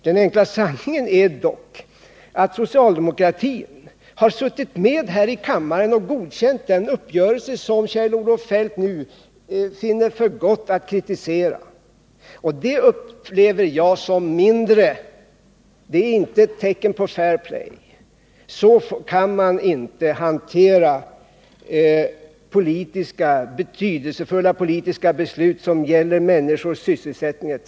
Den enkla sanningen är dock att socialdemokratin har suttit med här i kammaren och godkänt den uppgörelse som Kjell-Olof Feldt nu finner för gott att kritisera. Detta är inte något tecken på fair play. Man kan inte hantera betydelsefulla politiska beslut som gäller människors sysselsättning etc.